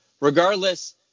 regardless